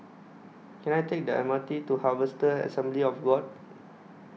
Can I Take The M R T to Harvester Assembly of God